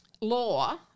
law